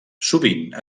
sovint